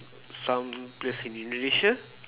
some place in Indonesia